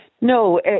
No